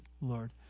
Lord